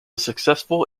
successful